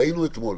ראינו אתמול.